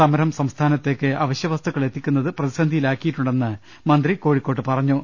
സമരം സംസ്ഥാനത്തേക്ക് അവശ്യ വസ്തുക്കൾ എത്തിക്കുന്നത് പ്രതസന്ധിയിലാക്കിയിട്ടുണ്ടെന്ന് മന്ത്രി കോഴി ക്കോട് പറഞ്ഞു